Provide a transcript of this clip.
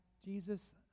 Jesus